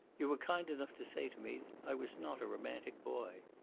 you were kind enough to say to me i was not a romantic boy.